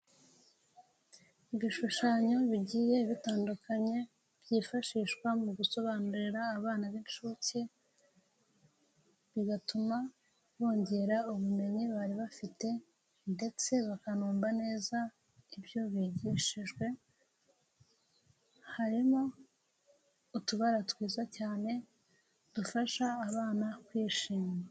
Ibishushanyo bigiye bitandukanye byifashishwa mu gusobanurira abana b'inshuke bigatuma bongera ubumenyi bari bafite ndetse bakanumva neza ibyo bigishijwe harimo utubara twiza cyane dufasha abana kwishima.